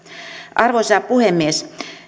arvoisa puhemies